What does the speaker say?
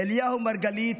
אליהו מרגלית,